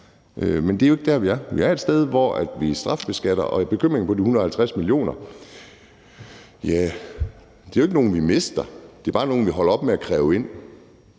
Men det er jo ikke der, vi er. Vi er et sted, hvor vi strafbeskatter. Og så er der en bekymring vedrørende 150 mio. kr. Det er jo ikke nogen, vi mister; det er bare nogen, vi holder op med at kræve ind.